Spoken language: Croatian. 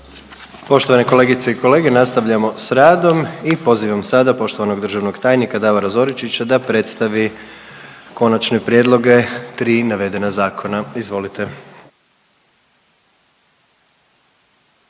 Poštovane kolegice i kolege, nastavljamo s radom i pozivam sada poštovanog državnog tajnika Davora Zoričića da predstavi konačne prijedloge tri navedena zakona, izvolite.